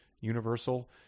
universal